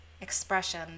expression